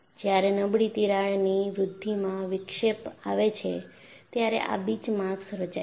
જ્યારે નબળી તિરાડની વૃદ્ધિમાં વિક્ષેપ આવે છે ત્યારે આ બીચમાર્ક્સ રચાય છે